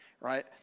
right